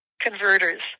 converters